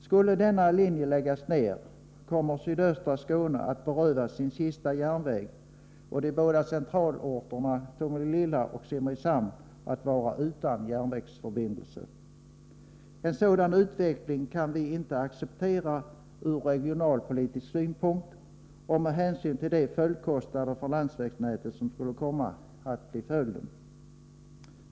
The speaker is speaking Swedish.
Skulle denna linje läggas ner, kommer sydöstra Skåne att berövas sin sista järnväg och de båda centralorterna Tomelilla och Simrishamn att vara utan järnvägsförbindelser. En sådan utveckling kan vi inte acceptera ur regional politisk synpunkt och med hänsyn till de följdkostnader för landsvägsnätet som skulle komma att bli följden.